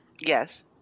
Yes